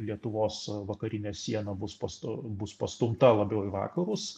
lietuvos vakarinė siena bus pasto bus pastumta labiau į vakarus